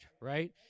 right